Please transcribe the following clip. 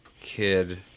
kid